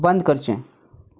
बंद करचें